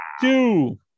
two